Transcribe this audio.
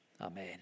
Amen